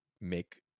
make